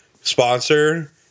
sponsor